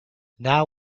now